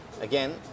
Again